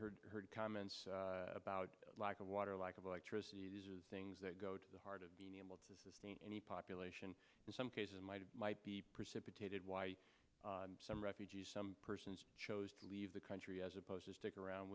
heard heard comments about lack of water lack of electricity these are things that go to the heart of being able to sustain any population in some cases might be precipitated why some refugees some persons chose to leave the country as opposed to stick around